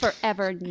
Forever